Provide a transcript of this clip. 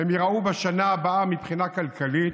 הן ייראו בשנה הבאה מבחינה כלכלית,